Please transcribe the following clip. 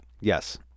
Yes